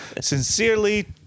Sincerely